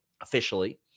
officially